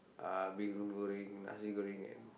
uh mee-hoon-goreng nasi-goreng and